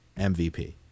MVP